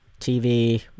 tv